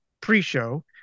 pre-show